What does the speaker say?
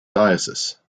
diocese